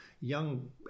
young